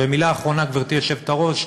ומילה אחרונה, גברתי היושבת-ראש.